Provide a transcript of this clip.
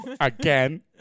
Again